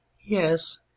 yes